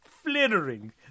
flittering